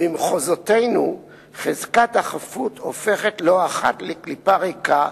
"במחוזותינו חזקת החפות הופכת לא אחת לקליפה ריקה,